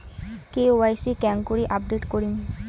KYC কেঙ্গকরি update করিম?